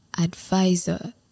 advisor